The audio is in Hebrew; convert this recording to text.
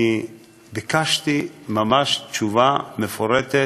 אני ביקשתי ממש תשובה מפורטת,